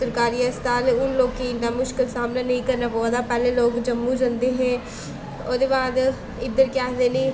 सरकारी अस्पताल हून लोकें गी इन्ना मुश्कल सामना नेईं करना पवै दा पैह्लें लोग जम्मू जंदे हे ओह्दे बाद इद्धर केह् आखदे नी